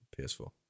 ps4